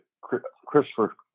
Christopher